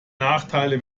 nachteile